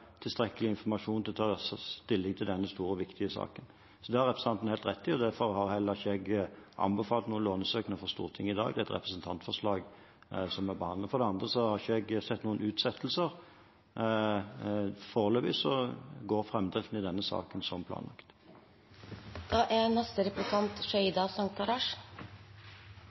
tilstrekkelig informasjon til å ta stilling til denne store og viktige saken. Det har representanten helt rett i, og derfor har jeg heller ikke anbefalt noen lånesøknad for Stortinget i dag. Det er et representantforslag vi behandler. For det andre har jeg ikke sett noen utsettelser. Foreløpig går framdriften i denne saken som planlagt.